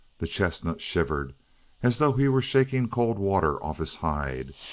the chestnut shivered as though he were shaking cold water off his hide,